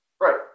Right